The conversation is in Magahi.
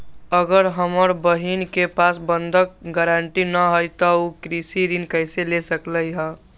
अगर हमर बहिन के पास बंधक गरान्टी न हई त उ कृषि ऋण कईसे ले सकलई ह?